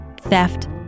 theft